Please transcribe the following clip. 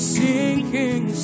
sinking